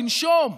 לנשום.